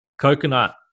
Coconut